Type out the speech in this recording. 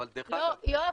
אבל דרך אגב --- יואב,